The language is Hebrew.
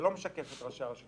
של ראשי הרשויות